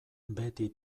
beti